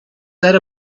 set